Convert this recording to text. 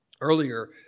earlier